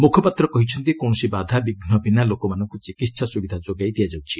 ମୁଖପାତ୍ର କହିଛନ୍ତି କୌଣସି ବାଧାବିଘୁ ବିନା ଲୋକମାନଙ୍କୁ ଚିକିତ୍ସା ସୁବିଧା ଯୋଗାଇ ଦିଆଯାଉଛି